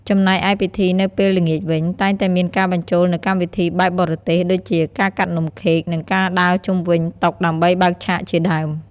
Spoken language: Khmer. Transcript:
ចំណែកឯពិធីនៅពេលល្ងាចវិញ តែងតែមានការបញ្ចូលនូវកម្មវិធីបែបបរទេស ដូចជា ការកាត់នំខេក និងការដើរជុំវិញតុដើម្បីបើកឆាកជាដើម។